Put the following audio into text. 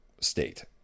state